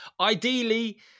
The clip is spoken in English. ideally